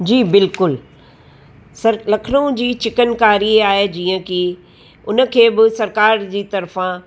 जी बिल्कुलु सर लखनऊ जी चिकनकारी आहे जीअं की उन खे बि सरकार जी तर्फ़ां